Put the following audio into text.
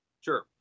Sure